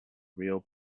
real